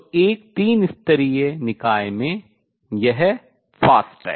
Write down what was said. तो एक तीन स्तरीय निकाय में यह तीव्र है